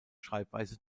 schreibweise